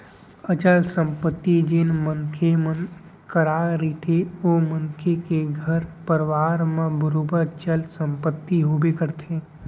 अचल संपत्ति जेन मनखे मन करा रहिथे ओ मनखे के घर परवार म बरोबर चल संपत्ति होबे करथे